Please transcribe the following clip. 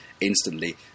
instantly